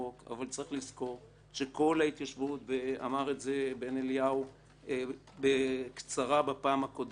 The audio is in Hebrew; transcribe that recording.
אבל יש לזכור ואמר את זה בן-אליהו בקצרה בפעם הקודמת